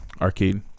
Arcade